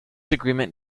agreement